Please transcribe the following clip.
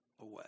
away